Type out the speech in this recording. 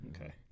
Okay